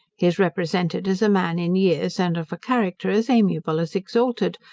he is represented as a man in years, and of a character as amiable as exalted,